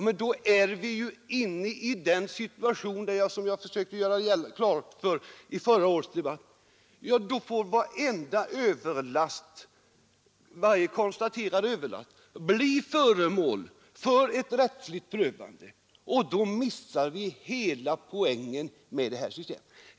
Men då är vi ju inne i den situation som jag försökte klargöra i förra årets debatt: då får varje konstaterad överlast bli föremål för en rättslig prövning, och då missar vi hela poängen med systemet.